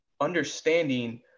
understanding